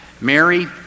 Mary